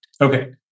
Okay